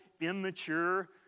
immature